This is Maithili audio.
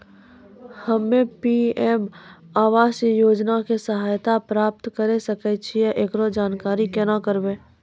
हम्मे पी.एम आवास योजना के सहायता प्राप्त करें सकय छियै, एकरो जानकारी केना करबै?